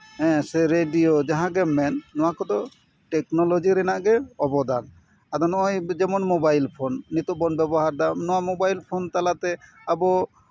ᱦᱮᱸ ᱥᱮ ᱨᱮᱰᱤᱭᱳ ᱡᱟᱦᱟᱸ ᱜᱮᱢ ᱢᱮᱱ ᱱᱚᱣᱟ ᱠᱚᱫᱚ ᱴᱮᱠᱱᱳᱞᱚᱡᱤ ᱨᱮᱱᱟᱜ ᱜᱮ ᱚᱵᱚᱫᱟᱱ ᱟᱫᱚ ᱱᱚᱜᱼᱚᱭ ᱡᱮᱢᱚᱱ ᱢᱳᱵᱟᱭᱤᱞ ᱯᱷᱳᱱ ᱱᱤᱛᱚᱜ ᱵᱚᱱ ᱵᱮᱵᱚᱦᱟᱨ ᱫᱟ ᱱᱚᱣᱟ ᱢᱳᱵᱟᱭᱤᱞ ᱯᱷᱳᱱ ᱛᱟᱞᱟᱛᱮ ᱟᱵᱚ